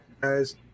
guys